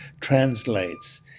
translates